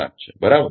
7 છે બરાબર